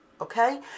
Okay